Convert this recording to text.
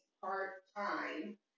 part-time